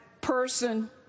person